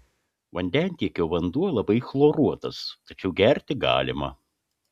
vandentiekio vanduo labai chloruotas tačiau gerti galima